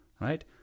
right